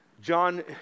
John